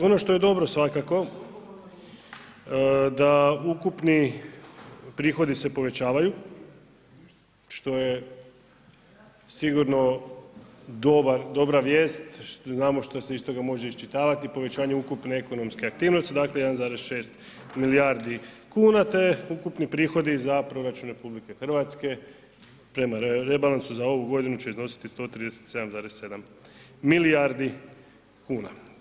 Ono što je dobro svakako da ukupni prihodi se povećavaju, što je sigurno dobra vijest, znamo što se iz toga može iščitavati, povećanje ukupne ekonomske aktivnosti, dakle 1,6 milijardi kuna te ukupni prihodi za proračun RH prema rebalansu za ovu godinu će iznositi 137,7 milijardi kuna.